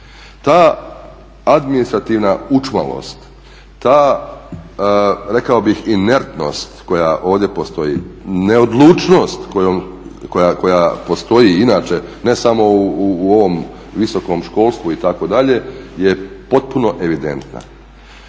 Ta administrativna učmalost, ta rekao bih inertnost koja ovdje postoji, neodlučnost koja postoji inače ne samo u ovom visokom školstvu itd. je potpuno evidentna.